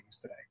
today